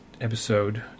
episode